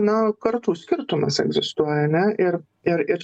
na kartų skirtumas egzistuoja ane ir ir ir